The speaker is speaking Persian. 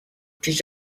پیش